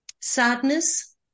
sadness